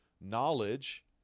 knowledge